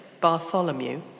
Bartholomew